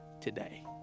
today